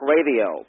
Radio